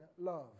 love